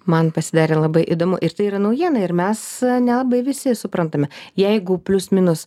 man pasidarė labai įdomu ir tai yra naujiena ir mes nelabai visi suprantame jeigu plius minus